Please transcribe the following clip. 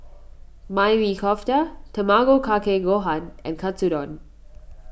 Maili Kofta Tamago Kake Gohan and Katsudon